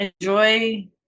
enjoy